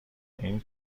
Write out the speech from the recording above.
این